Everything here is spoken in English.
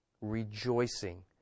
rejoicing